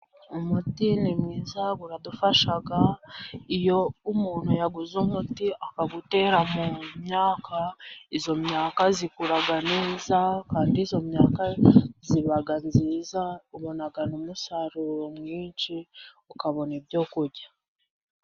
Umuti ni mwiza uradufasha. Iyo umuntu yaguze umuti akawutera mu myaka, iyo myaka ikura neza, kandi iyo myaka iba myiza, ubona n'umusaruro mwinshi, ukabona ibyo kurya.